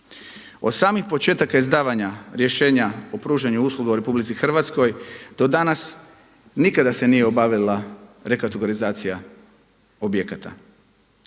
Od samih početaka izdavanja rješenja o pružanju usluga u Republici Hrvatskoj do danas nikada se nije obavila rekategorizacija objekata.